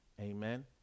Amen